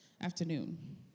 afternoon